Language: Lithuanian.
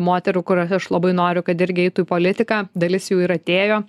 moterų kurios aš labai noriu kad irgi eitų į politiką dalis jų ir atėjo